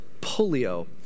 Polio